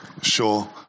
Sure